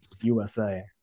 USA